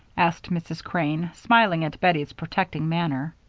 asked mrs. crane, smiling at bettie's protecting manner.